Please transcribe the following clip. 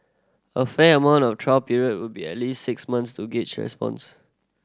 a fair amount of trial period would be at least six months to gauge response